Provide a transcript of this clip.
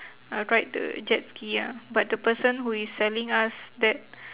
uh ride the jet ski ah but the person who is selling us that